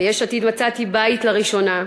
ביש עתיד מצאתי בית לראשונה,